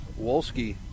Wolski